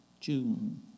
June